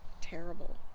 terrible